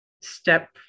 step